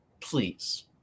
please